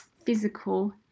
physical